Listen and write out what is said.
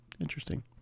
Interesting